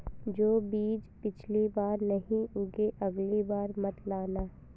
जो बीज पिछली बार नहीं उगे, अगली बार मत लाना